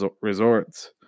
resorts